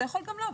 ואתה יכול גם לא,